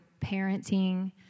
parenting